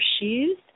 shoes